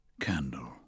Candle